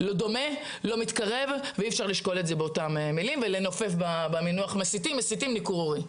לא דומה ואי אפשר לשקול את זה ולנופף במינוח מסיתים וניכור הורי.